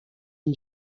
این